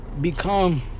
become